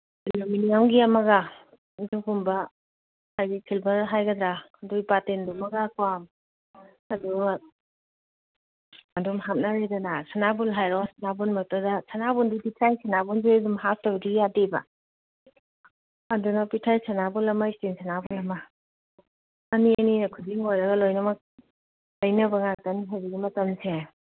ꯑꯦꯂꯨꯃꯤꯅꯤꯌꯝꯒꯤ ꯑꯃꯒ ꯑꯗꯨꯒꯨꯝꯕ ꯍꯥꯏꯗꯤ ꯁꯤꯜꯚꯔ ꯍꯥꯏꯒꯗ꯭ꯔꯥ ꯑꯗꯨꯏ ꯕꯥꯇꯤꯟꯗꯨꯃꯒꯀꯣ ꯑꯗꯨꯒ ꯑꯗꯨꯝ ꯍꯥꯞꯅꯔꯦꯗꯅ ꯁꯅꯥꯕꯨꯟ ꯍꯥꯏꯔꯣ ꯁꯅꯥꯕꯨꯟꯃꯛꯇꯗ ꯁꯅꯥꯕꯨꯟꯗꯤ ꯄꯤꯊ꯭ꯔꯥꯏ ꯁꯅꯥꯕꯨꯟꯁꯦ ꯑꯗꯨꯝ ꯍꯥꯞꯇꯕꯗꯤ ꯌꯥꯗꯦꯕ ꯑꯗꯨꯅ ꯄꯤꯊ꯭ꯔꯥꯏ ꯁꯅꯥꯕꯨꯟ ꯑꯃ ꯏꯁꯇꯤꯜ ꯁꯅꯥꯕꯨꯟ ꯑꯃ ꯑꯅꯤ ꯑꯅꯤꯅ ꯈꯨꯖꯤꯡ ꯑꯣꯏꯔꯒ ꯂꯣꯏꯅꯃꯛ ꯂꯩꯅꯕ ꯉꯥꯛꯇꯅꯤ ꯍꯧꯖꯤꯛꯀꯤ ꯃꯇꯝꯁꯦ